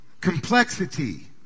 complexity